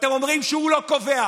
ואתם אומרים שהוא לא קובע.